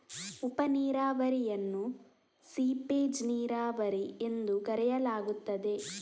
ಉಪ ನೀರಾವರಿಯನ್ನು ಸೀಪೇಜ್ ನೀರಾವರಿ ಎಂದೂ ಕರೆಯಲಾಗುತ್ತದೆ